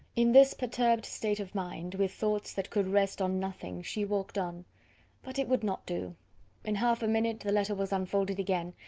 in this perturbed state of mind, with thoughts that could rest on nothing, she walked on but it would not do in half a minute the letter was unfolded again,